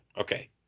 okay